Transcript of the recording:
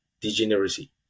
degeneracy